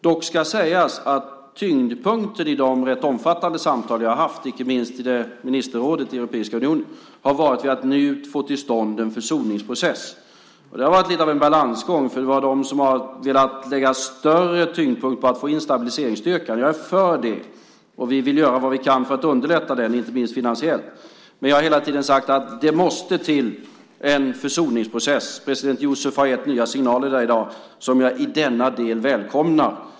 Dock ska sägas att tyngdpunkten i de rätt omfattande samtal vi har haft, inte minst i ministerrådet i Europeiska unionen, har varit att nu få till stånd en försoningsprocess. Det har varit lite av en balansgång, för det finns de som har velat lägga större vikt vid att få in stabilitetsstyrkan. Jag är för det, och vi vill göra vad vi kan för att underlätta det, inte minst finansiellt. Men jag har hela tiden sagt att det måste till en försoningsprocess. President Yusuf har där gett nya signaler i dag som jag i denna del välkomnar.